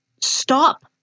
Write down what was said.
Stop